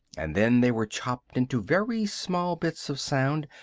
and then they were chopped into very small bits of sound,